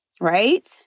right